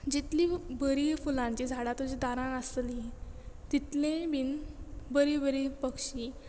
जितली बरी फुलांची झाडां तुजी दारां आसतली तितलीय बीन बरी बरी पक्षी